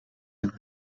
het